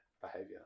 behavior